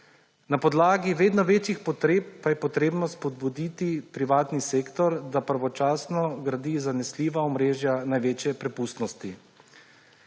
Na podlagi vedno večjih potreb pa je treba spodbuditi privatni sektor, da pravočasno gradi zanesljiva omrežja največje prepustnosti.